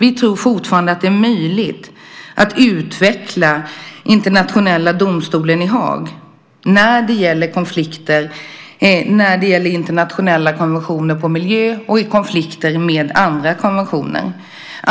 Vi tror fortfarande att det är möjligt att utveckla den internationella domstolen i Haag när det gäller konflikter om internationella konventioner om miljö och när det gäller konflikter om andra konventioner.